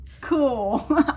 Cool